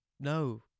No